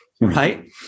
Right